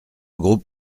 groupe